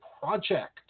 Project